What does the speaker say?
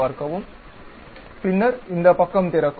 பின்னர் இந்தப் பக்கம் திறக்கும்